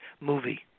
movie